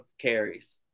carries